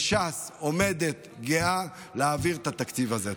וש"ס עומדת גאה להעביר את התקציב הזה.